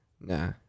nah